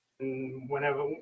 Whenever